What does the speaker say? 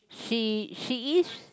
she she is